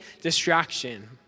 distraction